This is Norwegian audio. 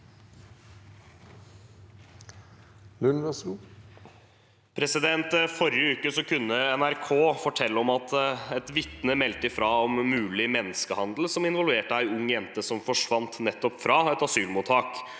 forrige uke kunne NRK fortelle om at et vitne meldte fra om mulig menneskehandel som involverte en ung jente som forsvant fra nettopp et asylmottak.